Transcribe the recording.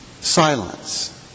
silence